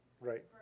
Right